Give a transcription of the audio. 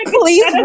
please